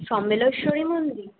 সমেলশ্বরী মন্দির